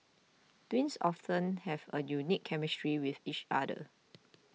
twins often have a unique chemistry with each other